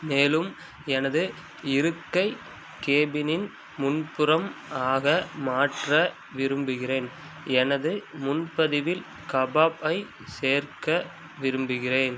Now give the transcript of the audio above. மேலும் எனது இருக்கை கேபினின் முன்புறம் ஆக மாற்ற விரும்புகிறேன் எனது முன்பதிவில் கபாப் ஐ சேர்க்க விரும்புகிறேன்